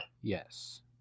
Yes